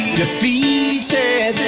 defeated